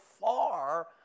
far